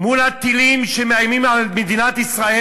מול הטילים שמאיימים עליה,